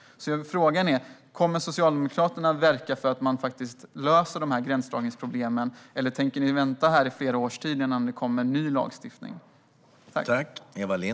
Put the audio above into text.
Kommer Socialdemokraterna att verka för att dessa gränsdragningsproblem faktiskt blir lösta? Eller tänker ni vänta i flera år innan ny lagstiftning kommer?